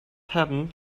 happen